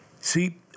See